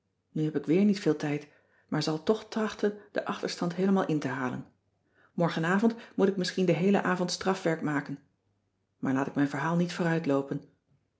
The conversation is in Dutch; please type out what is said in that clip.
nu heb ik weer niet veel tijd maar zal toch trachten den achterstand heelemaal in te halen morgenavond moet ik misschien den heelen avond strafwerk maken maar laat ik mijn verhaal niet